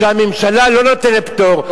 הממשלה לא נותנת פטור,